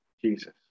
Jesus